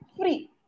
free